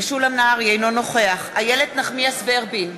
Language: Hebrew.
אינו נוכח איילת נחמיאס ורבין,